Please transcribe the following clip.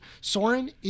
Soren